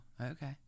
okay